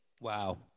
Wow